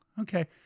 okay